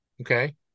Okay